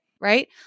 right